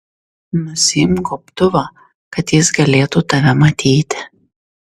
nusiimk gobtuvą kad jis galėtų tave matyti